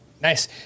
Nice